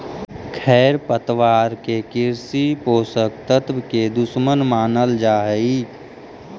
खेरपतवार के कृषि पोषक तत्व के दुश्मन मानल जा हई